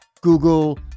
Google